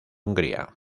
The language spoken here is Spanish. hungría